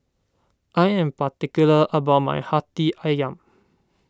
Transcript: I am particular about my Hati Ayam